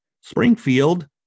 Springfield